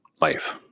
life